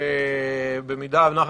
בנוסח